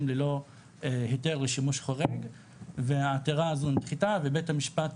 ללא היתר לשימוש חורג והעתירה הזו נדחתה ובית המשפט